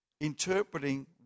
interpreting